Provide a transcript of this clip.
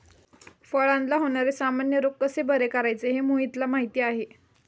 फळांला होणारे सामान्य रोग कसे बरे करायचे हे मोहितला माहीती आहे